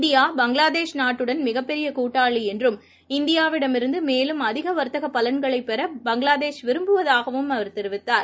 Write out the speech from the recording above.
India Bangladesh நாட்டுடன் மிகப் பெரியகூட்டாளிஎன்றும் இந்தியாவிடமிருந்துமேலும் அதிகவர்த்தகபலன்களைபெற பங்களாதேஷ் விரும்புவதாகவும் அவர் தெரிவித்தார்